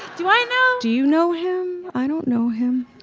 do i know. do you know him? i don't know him.